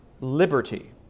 liberty